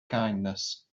kindness